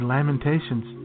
Lamentations